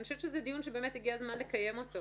אני חושבת שזה דיון שבאמת הגיע הזמן לקיים אותו.